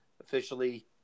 officially